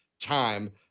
time